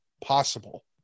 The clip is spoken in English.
possible